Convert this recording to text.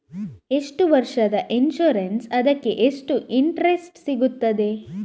ಎಷ್ಟು ವರ್ಷದ ಇನ್ಸೂರೆನ್ಸ್ ಅದಕ್ಕೆ ಎಷ್ಟು ಇಂಟ್ರೆಸ್ಟ್ ಸಿಗುತ್ತದೆ?